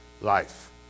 Life